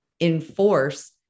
enforce